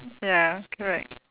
ya correct